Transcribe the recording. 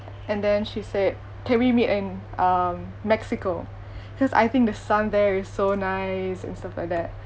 and then she said can we meet in um mexico cause I think the sun there is so nice and stuff like that